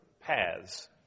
paths